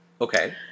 Okay